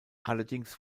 allerdings